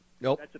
Nope